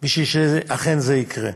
בשביל שאכן זה יקרה.